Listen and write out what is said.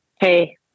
hey